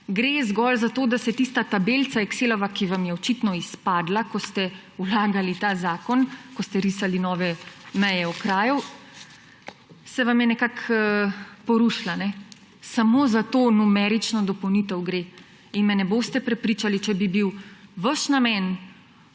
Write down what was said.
gre zgolj za to, da se tista tabelica excelova, ki vam je očitno izpadla, ko ste vlagali ta zakon, ko ste risali nove meje okrajev, se vam je nekako porušila. Samo za to numerično dopolnitev gre in me ne boste prepričali, če bi bil vaš namen